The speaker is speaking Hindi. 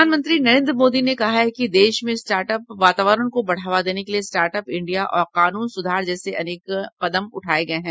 प्रधानमंत्री नरेन्द्र मोदी ने कहा है कि देश में स्टार्ट अप वातावरण को बढ़ावा देने के लिए स्टार्ट अप इंडिया और कानून सुधार जैसे अनेक कदम उठाए गए हैं